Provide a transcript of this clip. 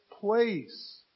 place